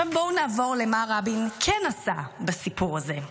עכשיו, בואו נעבור למה שרבין כן עשה בסיפור הזה.